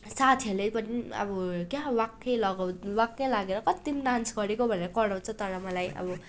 साथीहरूले पनि अब क्या वाक्कै लगाउ वाक्कै लागेर कति पनि डान्स गरेको भनेर कराउँछ तर मलाई अब